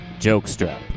Jokestrap